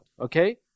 okay